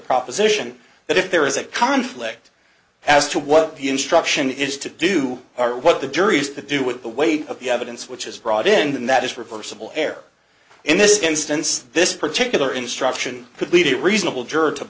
proposition that if there is a conflict as to what the instruction is to do or what the jury is to do with the weight of the evidence which is brought in that is reversible error in this instance this particular instruction could lead to a reasonable juror to